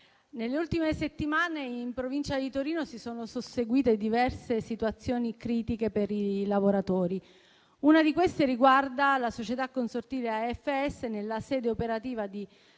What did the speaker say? nelle ultime settimane in provincia di Torino si sono susseguite diverse situazioni critiche per i lavoratori. Una di queste riguarda la società consortile AFS, nella sede operativa del